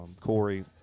Corey